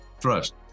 Trust